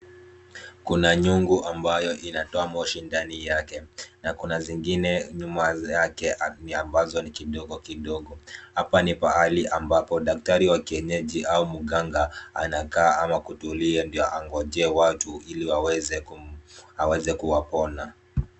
Kuna nyungu ambayo inatoa moshi ndani yake na kuna zingine nyuma yake ambazo ni kidogo kidogo. Hapa ni pahali ambapo daktari wa kienyeji au mganga anakaa ama kutulia ndio angojee watu ili aweze kuwaponya.